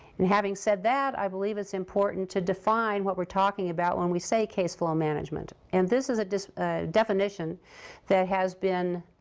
and having said that, i believe it's important to define what we're talking about when we say caseflow management. and this is a definition that has been